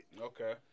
Okay